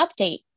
update